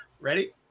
ready